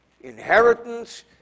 inheritance